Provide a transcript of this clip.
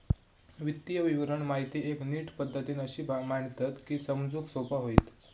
वित्तीय विवरण माहिती एक नीट पद्धतीन अशी मांडतत की समजूक सोपा होईत